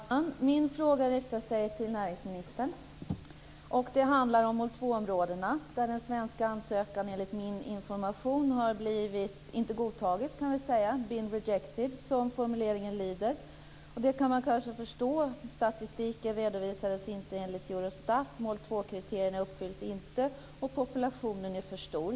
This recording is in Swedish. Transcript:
Herr talman! Min fråga riktar sig till näringsministern, och den handlar om mål 2-områdena. Enligt den information som jag har fått har den svenska ansökningen inte godtagits - has been rejected, som formuleringen lyder. Det kan man kanske förstå. Statistiken redovisades inte enligt Eurostat. Mål 2-kriterierna uppfylldes inte och populationen är för stor.